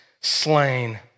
slain